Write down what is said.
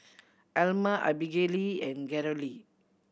Alma Abigayle and Carolee